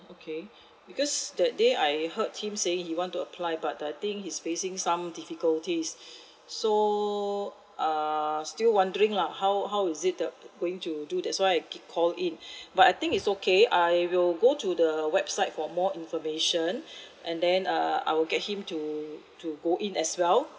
okay because that day I heard him say he want to apply but I think he's facing some difficulties so err still wondering lah how how is it the going to do that's why I keep call in but I think it's okay I will go to the website for more information and then uh I will get him to to go in as well